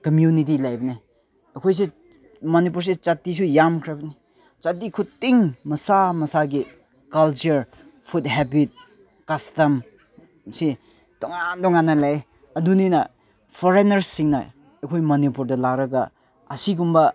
community ꯂꯩꯕꯅꯦ ꯑꯩꯈꯣꯏꯁꯦ ꯃꯅꯤꯄꯨꯔꯁꯦ ꯖꯥꯇꯤꯁꯨ ꯌꯥꯝꯈ꯭ꯔꯕꯅꯤ ꯖꯥꯇꯤ ꯈꯨꯗꯤꯡ ꯃꯁꯥ ꯃꯁꯥꯒꯤ ꯀꯜꯆꯔ ꯐꯨꯠ ꯍꯦꯕꯤꯠ ꯀꯁꯇꯝꯁꯦ ꯇꯣꯉꯥꯟ ꯇꯣꯉꯥꯟꯅ ꯂꯩ ꯑꯗꯨꯅꯤꯅ ꯐꯣꯔꯦꯟꯅꯔꯁꯤꯡꯅ ꯑꯩꯈꯣꯏ ꯃꯅꯤꯄꯨꯔꯗ ꯂꯥꯛꯂꯒ ꯑꯁꯤꯒꯨꯝꯕ